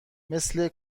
مثل